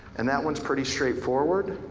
and that one's pretty straightforward.